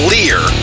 Lear